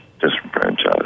disenfranchised